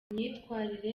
imyitwarire